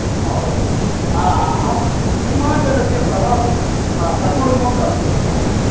ओ हा अहं हिमाचलस्य प्रवासं सकुटुम्बं कर्तुमिच्छामि